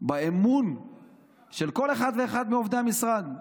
באמון של כל אחד ואחד מעובדי המשרד,